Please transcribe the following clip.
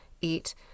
eat